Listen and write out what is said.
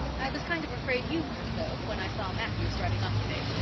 i was kind of afraid you weren't, though, when i saw matthew starting off today.